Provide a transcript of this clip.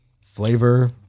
flavor